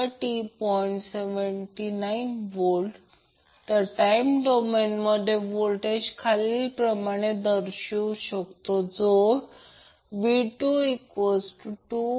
79V time डोमेनमधे voltage खालील प्रमाणे दर्शवू शकतो v22